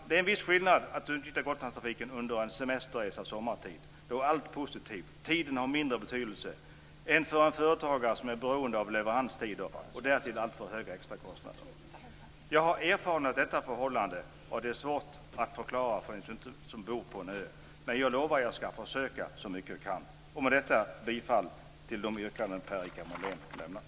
Det är en viss skillnad mellan att utnyttja Gotlandstrafiken under en semesterresa sommartid, då allt är positivt och tiden har mindre betydelse, och att göra det som företagare, som är beroende av leveranstider och därtill får alltför höga extra fraktkostnader. Jag har erfarenhet av detta förhållande, och det är svårt att förklara för den som inte bor på en ö. Men jag lovar att jag skall försöka så mycket jag kan. Med detta instämmer jag i Per-Richard Moléns yrkanden.